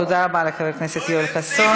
תודה רבה לחבר הכנסת יואל חסון.